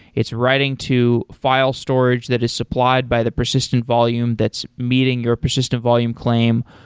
it's writing to file storage that is supplied by the persistent volume that's meeting your persistent volume claim.